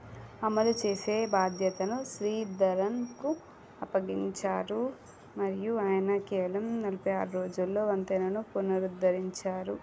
అమలు చేసే బాధ్యతను శ్రీధరన్కు అప్పగించారు మరియు ఆయన కేవలం నలభై ఆరు రోజుల్లో వంతెనను పునరుద్ధరించారు